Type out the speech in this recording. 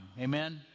Amen